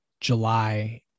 july